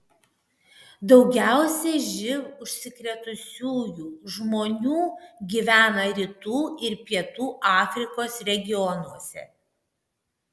daugiausiai živ užsikrėtusiųjų žmonių gyvena rytų ir pietų afrikos regionuose